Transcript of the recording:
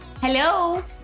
Hello